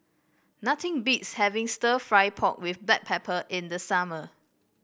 nothing beats having stir fry pork with Black Pepper in the summer